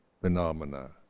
phenomena